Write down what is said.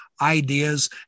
ideas